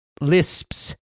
lisps